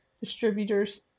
distributors